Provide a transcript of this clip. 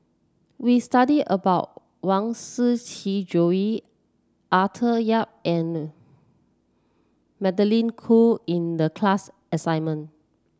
we studied about Huang Shiqi Joan Arthur Yap and Magdalene Khoo in the class assignment